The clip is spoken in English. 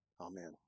Amen